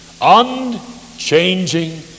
Unchanging